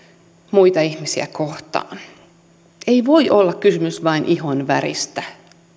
muita ihmisiä kohtaan ei voi olla kysymys vain ihonväristä